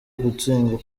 gutsindwa